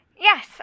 Yes